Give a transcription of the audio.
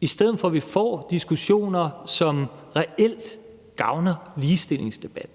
i stedet for at vi får diskussioner, som reelt gavner ligestillingsdebatten.